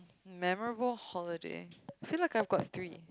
memorable holiday feel like I've got three